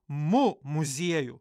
mu muziejų